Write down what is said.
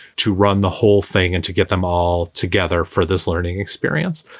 to run the whole thing and to get them all together for this learning experience.